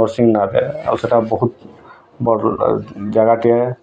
ନର୍ସିଂହନାଥ୍ ଆଉ ସେଟା ବହୁତ୍ ଭଲ୍ ଜାଗାଟେ ଏ